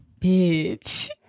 bitch